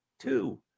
Two